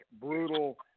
brutal